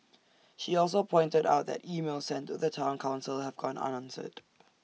she also pointed out that emails sent to the Town Council have gone unanswered